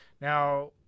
Now